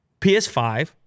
PS5